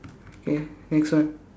K next one